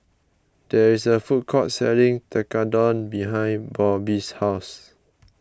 there is a food court selling Tekkadon behind Robby's house